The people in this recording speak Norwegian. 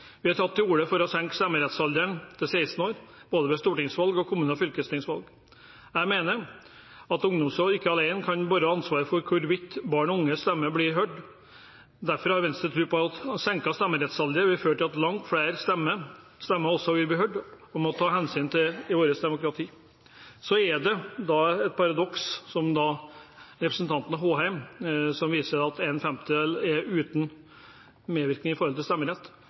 Vi har tatt til orde for å senke stemmerettsalderen til 16 år både ved stortingsvalg og ved kommune- og fylkestingsvalg. Jeg mener at ungdomsråd ikke alene kan bære ansvaret for hvorvidt barn og unges stemme blir hørt. Derfor har Venstre tro på at senket stemmerettsalder vil føre til at langt flere stemmer også vil bli hørt og må tas hensyn til i vårt demokrati. Så er det et paradoks, som representanten Håheim viser til, at en femtedel av befolkningen er uten medvirkning